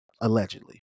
Allegedly